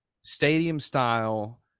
stadium-style